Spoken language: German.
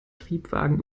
triebwagen